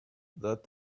that